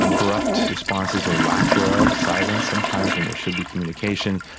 abrupt responses or lack thereof silence sometimes when there should be communication.